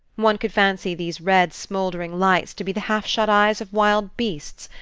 one could fancy these red smouldering lights to be the half-shut eyes of wild beasts,